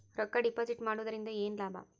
ರೊಕ್ಕ ಡಿಪಾಸಿಟ್ ಮಾಡುವುದರಿಂದ ಏನ್ ಲಾಭ?